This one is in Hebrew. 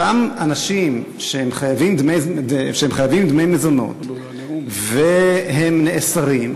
אותם אנשים שחייבים דמי מזונות ונאסרים,